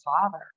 father